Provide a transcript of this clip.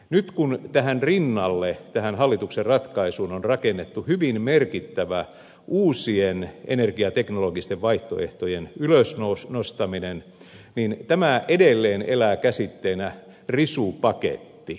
nyt kun rinnalle tähän hallituksen ratkaisuun on rakennettu hyvin merkittävä uusien energiateknologisten vaihtoehtojen ylösnostaminen tämä edelleen elää käsitteenä risupaketti